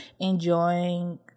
enjoying